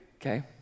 Okay